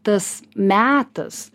tas metas